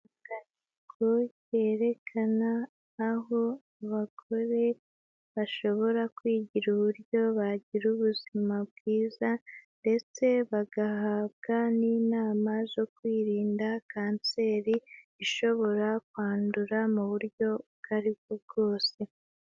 Inyubako yerekana aho abagore bashobora kwigira uburyo bagira ubuzima bwiza, ndetse bagahabwa n'inama zo kwirinda kanseri ishobora kwandura mu buryo ubwo aribwo bwose.